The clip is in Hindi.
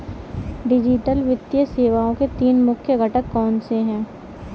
डिजिटल वित्तीय सेवाओं के तीन मुख्य घटक कौनसे हैं